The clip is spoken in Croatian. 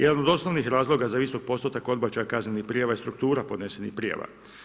Jedan od osnovnih razloga za visok postotak odbačaja kaznenih prijava je struktura podnesenih prijava.